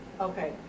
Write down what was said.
Okay